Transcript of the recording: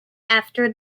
after